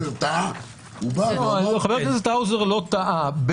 חבר הכנסת האוזר טעה.